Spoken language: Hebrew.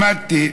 למדתי,